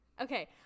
Okay